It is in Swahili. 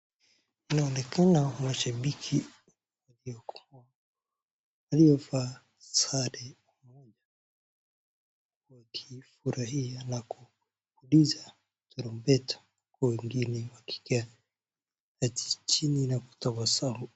Inaonekana mashabiki waliovaa sare wakifurahia na kupuliza tarumbeta na wengine wakiketi chini na kutabasamu.